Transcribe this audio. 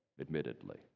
admittedly